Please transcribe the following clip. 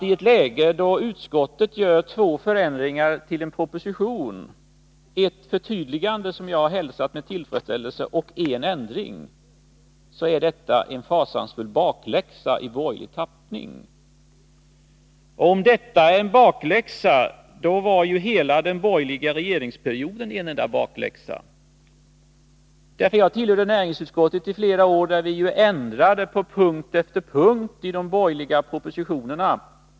I ett läge där utskotten gör två förändringar i en proposition, ett förtydligande som jag hälsar med tillfredsställelse, och en ändring, är detta en fasansfull bakläxa i borgerlig tappning. Om detta är en bakläxa var hela den borgerliga regeringsperioden en enda bakläxa. Jag tillhörde näringsutskottet i flera år och där ändrade vi på punkt efter punkt i de borgerliga propositionerna.